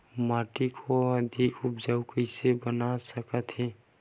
माटी को अधिक उपजाऊ कइसे बना सकत हे?